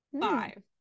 Five